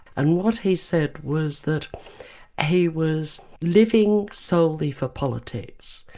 and what he said was that he was living solely for politics.